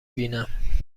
بینم